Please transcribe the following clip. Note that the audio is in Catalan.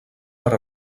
per